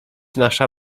nasza